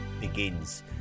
begins